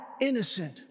innocent